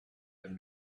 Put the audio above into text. been